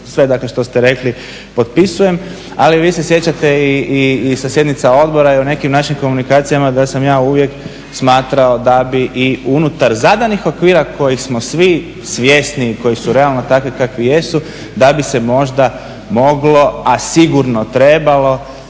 sve što ste rekli potpisujem. Ali vi se sjećate i sa sjednica odbora i u nekim našim komunikacijama da sam ja uvijek smatrao da bi i unutar zadanih okvira kojih smo svi svjesni i koji su realni takvi kakvi jesu da bi se možda moglo, a sigurno trebalo